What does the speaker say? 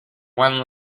one